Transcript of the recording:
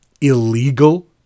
illegal